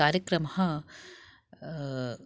कार्यक्रमः